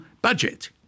budget